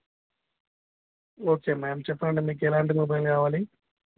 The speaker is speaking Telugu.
ఓకే మ్యామ్ చెప్పండి మీకు ఎలాంటి మొబైల్ కావాలి